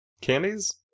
candies